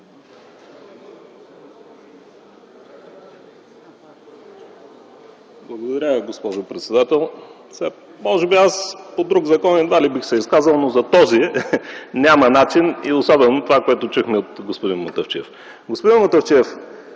Благодаря Ви, госпожо председател. Може би по друг закон едва бих се изказал, но за този – няма начин, и особено за това, което чухме от господин Мутафчиев. Господин Мутафчиев,